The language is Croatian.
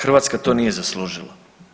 Hrvatska to nije zaslužila.